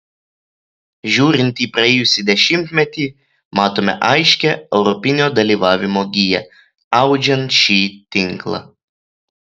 žiūrint į praėjusį dešimtmetį matome aiškią europinio dalyvavimo giją audžiant šį tinklą